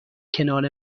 کنار